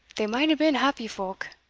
they might hae been happy folk!